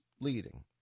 leading